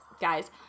guys